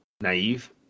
naive